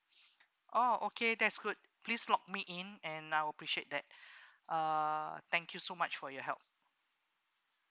oh okay that's good please lock me in and I will appreciate that uh thank you so much for your help